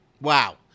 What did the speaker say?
Wow